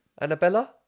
Annabella